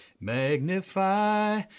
Magnify